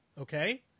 Okay